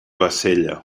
bassella